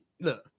look